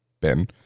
Ben